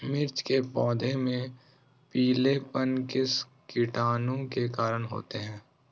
मिर्च के पौधे में पिलेपन किस कीटाणु के कारण होता है?